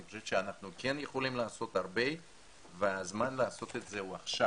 אני חושב שאנחנו כן יכולים לעשות הרבה והזמן לעשות את זה הוא עכשיו,